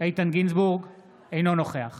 אינו נוכח